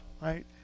right